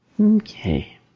Okay